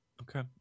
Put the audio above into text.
Okay